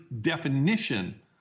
definition